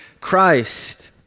Christ